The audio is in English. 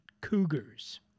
Cougars